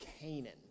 Canaan